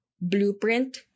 blueprint